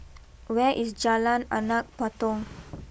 where is Jalan Anak Patong